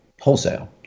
wholesale